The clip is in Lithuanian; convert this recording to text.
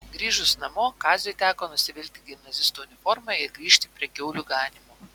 grįžus namo kaziui teko nusivilkti gimnazisto uniformą ir grįžti prie kiaulių ganymo